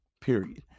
Period